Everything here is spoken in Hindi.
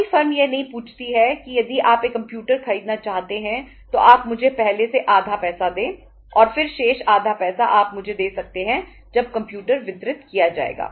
कोई फर्म यह नहीं पूछती है कि यदि आप एक कंप्यूटर खरीदना चाहते हैं तो आप मुझे पहले से आधा पैसा दें और फिर शेष आधा पैसा आप मुझे दे सकते हैं जब कंप्यूटर वितरित किया जाएगा